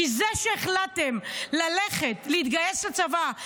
כי זה שהחלטתם להתגייס לצבא,